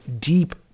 deep